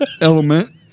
Element